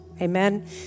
Amen